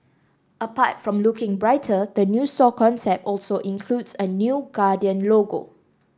apart from looking brighter the new store concept also includes a new Guardian logo